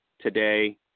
today